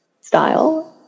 style